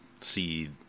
see